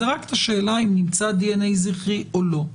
זה רק השאלה אם נמצא דנ"א זכרי או לא.